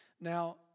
Now